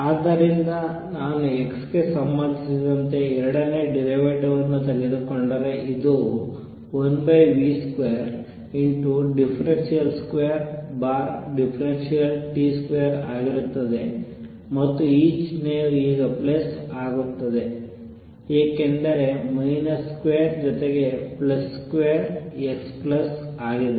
ಆದ್ದರಿಂದ ನಾನು x ಗೆ ಸಂಬಂಧಿಸಿದಂತೆ ಎರಡನೇ ಡಿರವೇಟಿವ್ ಅನ್ನು ತೆಗೆದುಕೊಂಡರೆ ಇದು 1v2 ∂2t2 ಆಗಿರುತ್ತದೆ ಮತ್ತು ಈ ಚಿಹ್ನೆಯು ಈಗ ಪ್ಲಸ್ ಆಗುತ್ತದೆ ಏಕೆಂದರೆ ಮೈನಸ್ ಸ್ಕ್ವೇರ್ ಜೊತೆಗೆ ಪ್ಲಸ್ ಸ್ಕ್ವೇರ್ x ಪ್ಲಸ್ ಆಗಿದೆ